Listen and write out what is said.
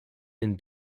den